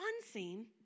unseen